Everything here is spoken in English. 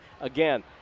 again